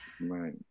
Right